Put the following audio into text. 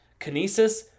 Kinesis